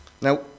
Now